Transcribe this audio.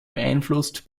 beeinflusst